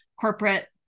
corporate